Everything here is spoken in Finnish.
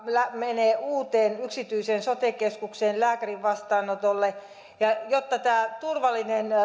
menee uuteen yksityiseen sote keskukseen lääkärin vastaanotolle niin jotta turvallinen